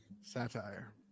Satire